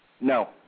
No